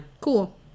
cool